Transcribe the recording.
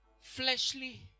fleshly